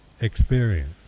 experience